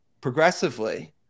progressively